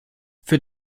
für